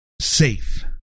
safe